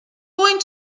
going